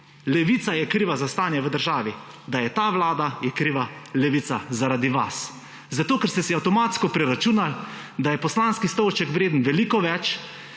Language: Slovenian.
Levica je kriva za stanje v državi, da je ta vlada je kriva Levica zaradi vas. Zato ker ste si avtomatsko preračunali, da je poslanski stolček vreden veliko več,